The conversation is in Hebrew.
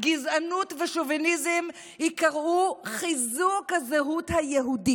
גזענות ושוביניזם ייקראו חיזוק הזהות היהודית,